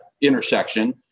intersection